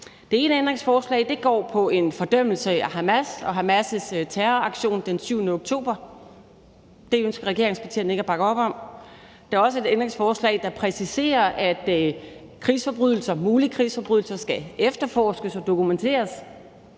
Det ene ændringsforslag går på en fordømmelse af Hamas og Hamas' terroraktion den 7. oktober. Det ønsker regeringspartierne ikke at bakke op om. Der er også et ændringsforslag, der præciserer, at mulige krigsforbrydelser skal efterforskes og dokumenteres,